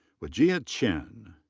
wijia chen.